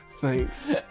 Thanks